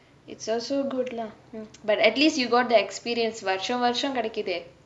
it's also good lah but at least you got experience வர்ஷோ வர்ஷோ கிடைக்காதே:varsho varsho kidaikathae